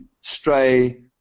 stray